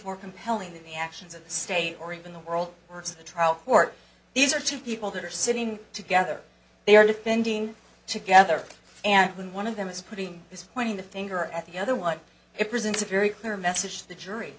more compelling than the actions of state or even the world works the trial court these are two people that are sitting together they are defending together and when one of them is putting his pointing the finger at the other one it presents a very clear message the jury